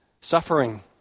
suffering